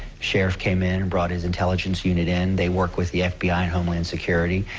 sheriff came in, and brought his intelligence unit in, they work with the fbi and homeland security.